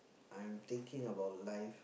I am thinking about life